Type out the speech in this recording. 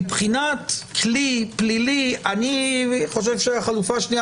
מבחינת כלי פלילי אני חושב שהחלופה השנייה